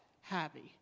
happy